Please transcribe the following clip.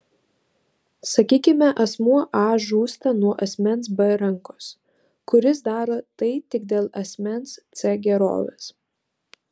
sakykime asmuo a žūsta nuo asmens b rankos kuris daro tai tik dėl asmens c gerovės